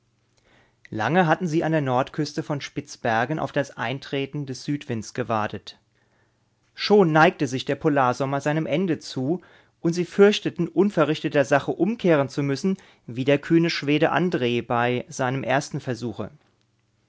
lange hatten sie an der nordküste von spitzbergen auf das eintreten des südwinds gewartet schon neigte sich der polarsommer seinem ende zu und sie fürchteten unverrichteter sache umkehren zu müssen wie der kühne schwede andre bei seinem ersten versuche